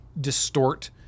distort